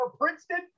Princeton